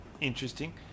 interesting